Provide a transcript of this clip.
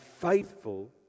faithful